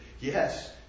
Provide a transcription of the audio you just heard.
Yes